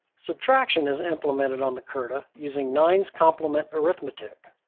subtraction is implemented on the curta using nines complement arithmetic,